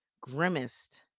grimaced